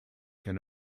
can